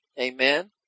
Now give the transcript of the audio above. Amen